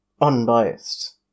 unbiased